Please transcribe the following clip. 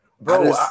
Bro